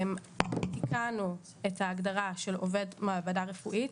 תיקנו את ההגדרה של עובד מעבדה רפואית.